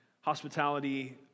hospitality